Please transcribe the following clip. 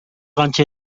канча